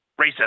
racist